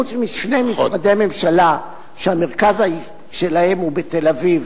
שחוץ משני משרדי ממשלה, שהמרכז שלהם הוא בתל-אביב,